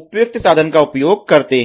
उपयुक्त साधन का उपयोग करते हैं